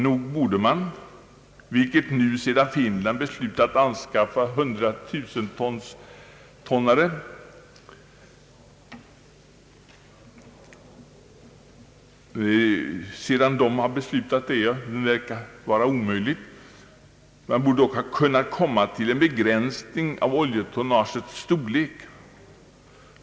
Nog borde man, innan Finland nu beslutat anskaffa hundratusentonnare ha kunnat komma överens om en begränsning av oljetonnagets storlek, vilket nu verkar vara omöjligt.